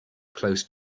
close